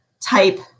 type